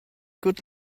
good